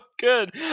good